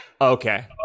Okay